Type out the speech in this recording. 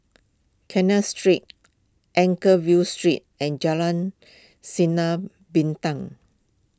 Street Anchorvale Street and Jalan Sinar Bintang